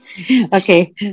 Okay